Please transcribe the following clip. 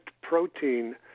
protein